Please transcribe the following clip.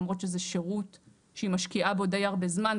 למרות שזה שירות שהיא משקיעה בו די הרבה זמן,